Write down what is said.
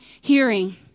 hearing